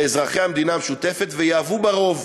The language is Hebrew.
לאזרחי המדינה המשותפת, ויהוו בה רוב.